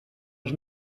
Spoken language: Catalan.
els